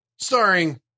Starring